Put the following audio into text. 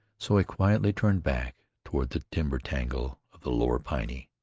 so he quietly turned back toward the timber-tangle of the lower piney,